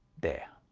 there.